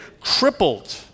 crippled